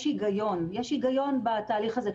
יש היגיון בתהליך הזה,